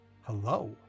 Hello